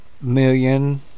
million